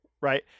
Right